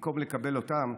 במקום לקבל אותם,